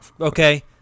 Okay